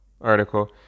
article